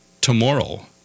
tomorrow